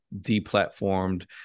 deplatformed